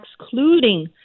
excluding